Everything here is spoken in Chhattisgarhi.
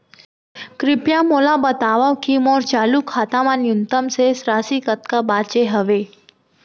कृपया मोला बतावव की मोर चालू खाता मा न्यूनतम शेष राशि कतका बाचे हवे